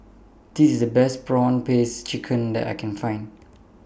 This IS The Best Prawn Paste Chicken that I Can Find